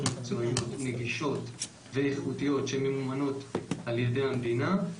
מקצועיות נגישות ואיכותיות שממומנות על ידי המדינה.